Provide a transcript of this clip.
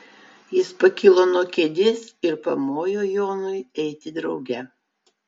jis pakilo nuo kėdės ir pamojo jonui eiti drauge